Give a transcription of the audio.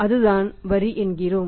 அதுதான் வரி என்கிறோம்